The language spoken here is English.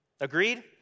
Agreed